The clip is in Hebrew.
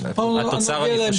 נגיע אליהן.